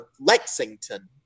Lexington